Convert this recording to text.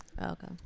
Okay